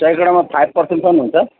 सयकडामा five पर्सेन्टसम्म हुन्छ